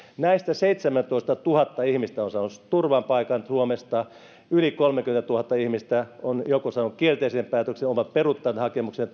näistä seitsemäntoistatuhatta ihmistä on saanut turvapaikan suomesta yli kolmekymmentätuhatta ihmistä on joko saanut kielteisen päätöksen on peruuttanut hakemuksen